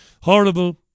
Horrible